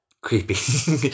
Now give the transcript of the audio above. Creepy